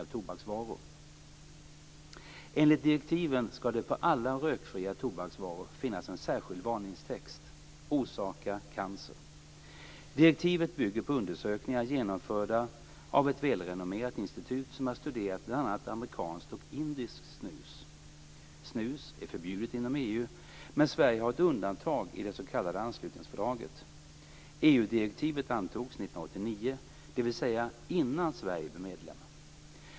Enligt direktivet skall det på alla rökfria tobaksvaror finnas en särskild varningstext: "orsakar cancer". Direktivet bygger på undersökningar genomförda av ett välrenommerat institut som har studerat bl.a. amerikanskt och indiskt snus. Snus är förbjudet inom EU, men Sverige har ett undantag i det s.k. innan Sverige blev medlem.